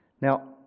Now